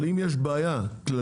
אבל אם יש בעיה כללית,